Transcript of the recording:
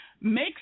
make